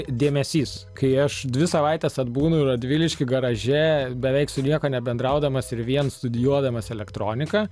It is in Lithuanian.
dėmesys kai aš dvi savaites atbūnu ir radviliški garaže beveik su niekuo nebendraudamas ir vien studijuodamas elektroniką